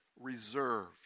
reserved